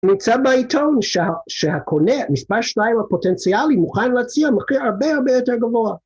נמצא בעיתון שהקונה, מספר 2 הפוטנציאלי, מוכן להציע מחיר הרבה הרבה יותר גבוה.